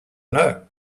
know